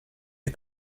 est